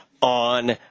on